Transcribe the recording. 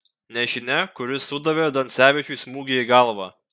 nežinia kuris sudavė dansevičiui smūgį į galvą